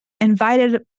invited